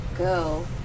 go